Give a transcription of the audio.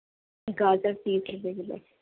گاجر تیس روپیے کلو